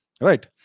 Right